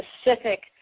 specific